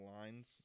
lines